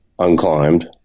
unclimbed